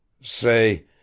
Say